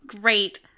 Great